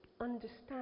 understand